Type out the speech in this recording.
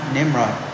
Nimrod